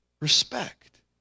respect